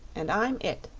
and i'm it,